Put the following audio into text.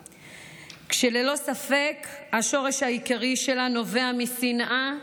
ללא ספק השורש העיקרי שלה נובע משנאה,